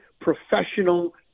professional